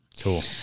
Cool